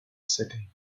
setting